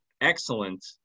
excellent